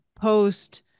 post